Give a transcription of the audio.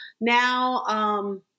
now